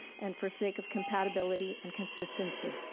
and forsake of compatibility and consistency.